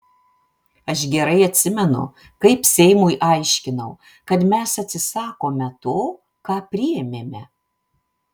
aš gerai atsimenu kaip seimui aiškinau kad mes atsisakome to ką priėmėme